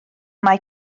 mae